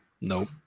nope